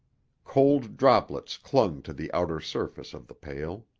cold droplets clung to the outer surface of the pail.